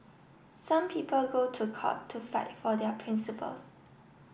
some people go to court to fight for their principles